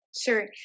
Sure